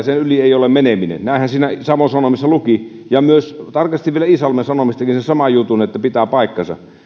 sen yli ei ole meneminen näinhän savon sanomissa luki ja tarkastin vielä iisalmen sanomistakin sen saman jutun että pitää paikkansa